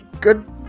good